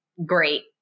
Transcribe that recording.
Great